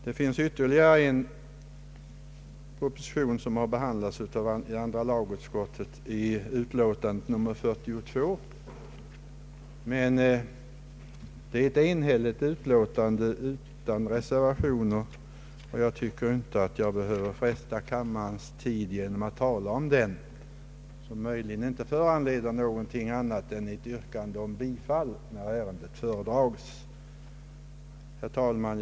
Det finns vidare en proposition som behandlats i andra lagutskottets utlåtande nr 42. Men utskottets utlåtande är där enhälligt, och därför behöver jag inte ta kammarens tid i anspråk med att tala om detta — det räcker med ett yrkande om bifall när ärendet föredrages. Herr talman!